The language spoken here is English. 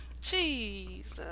Jesus